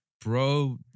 bro